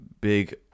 big